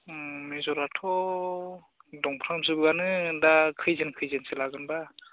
उम मेजरआथ' दंफ्रामजोबोआनो दा खैजोन खैजोनसो लागोन बा